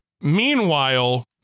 Meanwhile